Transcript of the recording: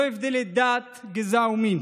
ללא הבדלי דת, גזע ומין.